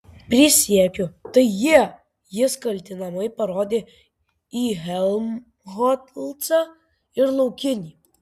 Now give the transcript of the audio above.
prisiekiu tai jie jis kaltinamai parodė į helmholcą ir laukinį